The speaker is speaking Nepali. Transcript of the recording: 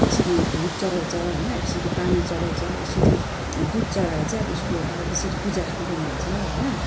यसरी धुप चठाउँछ होइन अब यसरी पानी चढाउँछ यसरी दुध चढाएर चाहिँ अब उसको अब त्यसरी पूजा गर्नुहुन्छ होइन